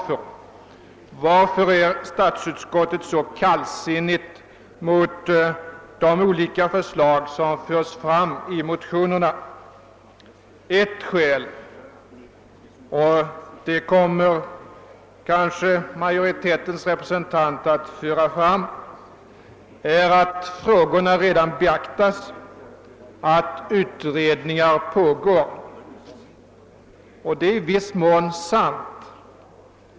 Varför? Varför är statsutskottet så kallsinnigt mot de olika förslag som framförts i motionerna? Ett skäl — som kanske utskottsmajoritetens talesman kommer att anföra — är att frågorna redan är beaktade och att utredning pågår. Detta är i viss mån sant.